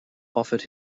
offered